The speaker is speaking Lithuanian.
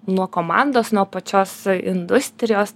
nuo komandos nuo pačios industrijos